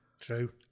True